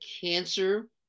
cancer